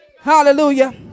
hallelujah